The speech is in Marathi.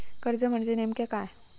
कर्ज म्हणजे नेमक्या काय?